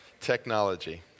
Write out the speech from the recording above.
technology